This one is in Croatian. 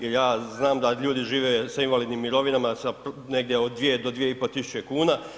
Jer ja znam da ljudi žive sa invalidnim mirovinama sa negdje od 2 do 2.5000 kuna.